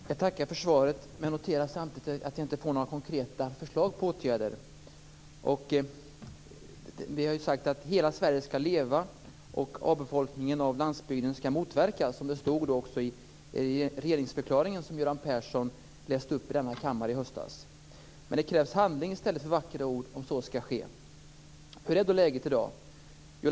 Fru talman! Jag tackar för svaret, men jag noterar samtidigt att jag inte har fått några konkreta förslag på åtgärder. Vi har sagt att Hela Sverige skall leva, och avfolkningen av landsbygden skall motverkas. Det stod också i den regeringsförklaring som Göran Persson läste upp i kammaren i höstas. Det krävs handling i stället för vackra ord om så skall ske. Hur är då läget i dag?